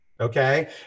okay